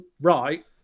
right